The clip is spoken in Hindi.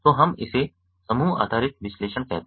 तो हम इसे समूह आधारित विश्लेषण कहते हैं